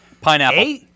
Pineapple